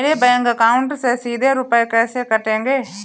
मेरे bank account से सीधे रुपए कैसे कटेंगे?